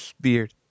beard